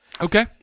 okay